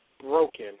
broken